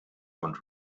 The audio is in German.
und